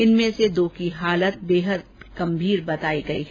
इनमें से दो की हालत बेहद गंभीर बताई गई है